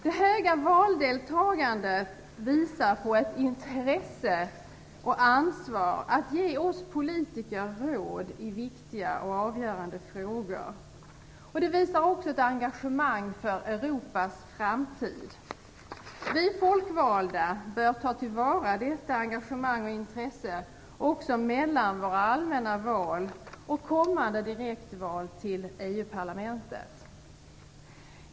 Det höga valdeltagandet visar på ett intresse, och ansvar, att ge oss politiker råd i viktiga och avgörande frågor. Det visar också ett engagemang för Europas framtid. Vi folkvalda bör ta till vara detta engagemang och intresse också mellan våra allmänna val och i kommande direktval till EU-parlamentet.